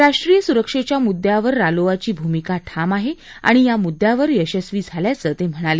राष्ट्रीय सुरक्षेच्या मुद्द्यावर रालोआची भूमिका ठाम आहे आणि या मुद्द्यावर यशस्वी झाल्याचं ते म्हणाले